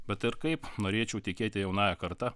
bet ir kaip norėčiau tikėti jaunąja karta